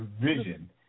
vision